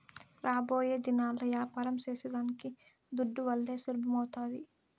రాబోయేదినాల్ల యాపారం సేసేదానికి దుడ్డువల్లే సులభమౌతాది